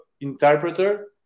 interpreter